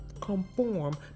conform